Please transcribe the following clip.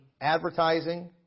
advertising